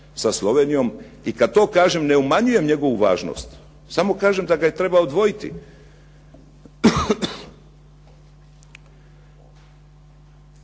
sa Slovenijom i kad to kažem ne umanjujem njegovu važnost, samo kažem da ga treba odvojiti.